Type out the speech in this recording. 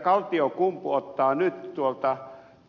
kaltiokumpu ottaa nyt